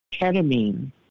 ketamine